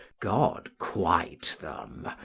god quite them.